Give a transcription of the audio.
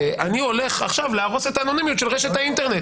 אני הולך עכשיו להרוס את האנונימיות של רשת האינטרנט?